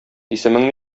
исемең